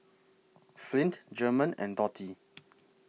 Flint German and Dottie